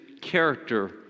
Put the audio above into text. character